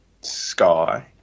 Sky